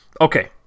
Okay